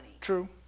True